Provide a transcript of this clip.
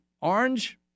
orange